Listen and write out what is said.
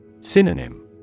Synonym